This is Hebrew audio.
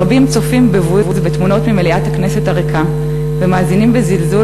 רבים צופים בבוז בתמונות ממליאת הכנסת הריקה ומאזינים בזלזול